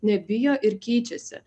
nebijo ir keičiasi